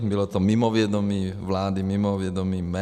Bylo to mimo vědomí vlády, mimo vědomí mé.